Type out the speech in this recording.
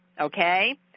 okay